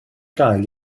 gael